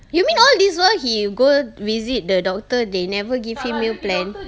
you mean all this while he go visit the doctor they never give him meal plan